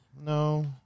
No